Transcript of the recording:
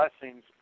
blessings